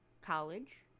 college